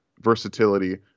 versatility